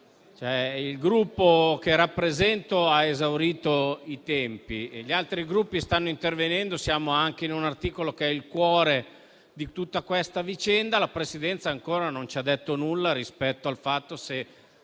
Il Gruppo che rappresento ha esaurito i tempi, gli altri Gruppi stanno intervenendo, siamo anche su un articolo che è il cuore di tutta questa vicenda, ma la Presidenza ancora non ci ha detto nulla rispetto al fatto se,